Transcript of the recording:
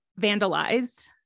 vandalized